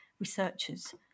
researchers